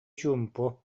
чуумпу